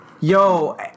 Yo